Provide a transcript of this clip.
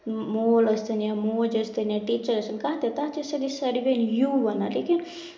مول ٲسۍ تن یا موج ٲسۍ تن یا ٹیٖچر ٲسۍ تن یا کانہہ تہِ تَتھ چھِ ساری وۄنۍ یوٗ وَنان لیکِن